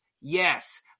Yes